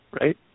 right